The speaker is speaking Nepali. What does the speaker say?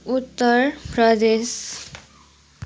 उत्तर प्रदेश